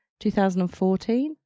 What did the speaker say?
2014